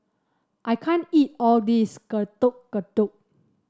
I can't eat all of this Getuk Getuk